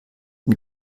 ein